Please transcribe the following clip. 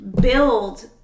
build